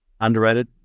Underrated